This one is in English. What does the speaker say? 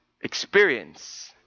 experience